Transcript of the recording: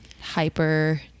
hyper